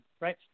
right